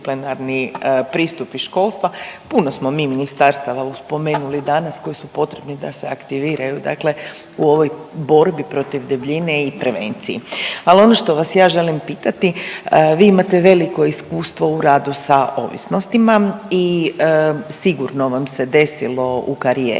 pristup i školstva. Puno smo mi ministarstava spomenuli danas koji su potrebni da se aktiviraju, dakle u ovoj borbi protiv debljine i prevenciji. Ali ono što vas ja želim pitati, vi imate veliko iskustvo u radu sa ovisnostima i sigurno vam se desilo u karijeri